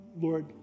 Lord